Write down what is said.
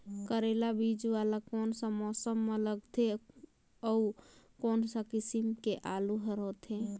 करेला बीजा वाला कोन सा मौसम म लगथे अउ कोन सा किसम के आलू हर होथे?